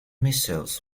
missiles